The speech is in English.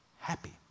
happy